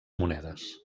monedes